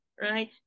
right